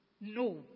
no